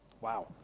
Wow